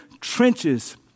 trenches